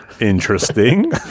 Interesting